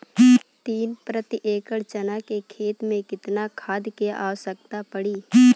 तीन प्रति एकड़ चना के खेत मे कितना खाद क आवश्यकता पड़ी?